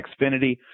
Xfinity